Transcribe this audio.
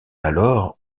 alors